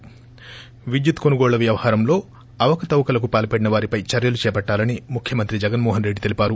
ి విద్యుత్ కొనుగోళ్ల వ్యవహారంలో అవకతవకలకు పాల్పడిన వారిపై చర్యలు చేపట్లాలని ముఖ్యమంత్రి జగన్మో హస్ రెడ్డి తెలిపారు